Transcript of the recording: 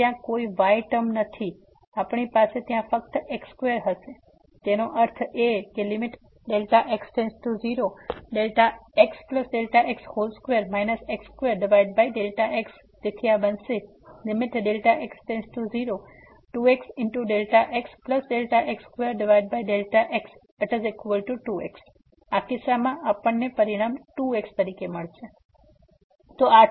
તેથી ત્યાં કોઈ y ટર્મ નથી આપણી પાસે ત્યાં ફક્ત x સ્ક્વેર હશે તેનો અર્થ એ કે Δx→0xx2 x2x તેથી આ બનશે Δx→02xxx2x2x તેથી આ કિસ્સામાં આપણે આ પરિણામ 2x તરીકે મેળવીશું